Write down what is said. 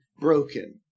broken